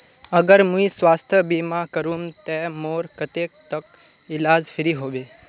अगर मुई स्वास्थ्य बीमा करूम ते मोर कतेक तक इलाज फ्री होबे?